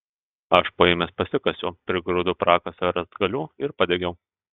aš po jomis pasikasiau prigrūdau prakasą rąstgalių ir padegiau